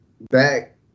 back